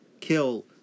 kill